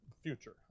future